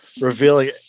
revealing